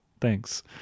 Thanks